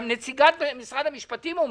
גם נציגת משרד המשפטים אומרת,